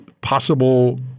possible